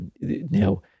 Now